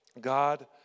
God